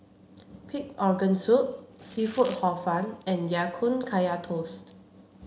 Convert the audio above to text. pig organ soup seafood hor fun and Ya Kun Kaya Toast